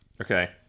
Okay